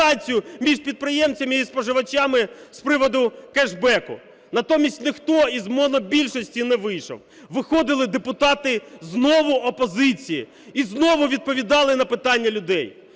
між підприємцями і споживачами з приводу кешбеку. Натомість ніхто із монобільшості не вийшов, виходили депутати знову опозиції і знову відповідали на питання людей.